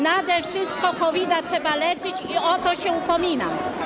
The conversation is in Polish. Nade wszystko COVID trzeba leczyć i o to się upominam.